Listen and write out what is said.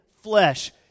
flesh